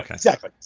and exactly.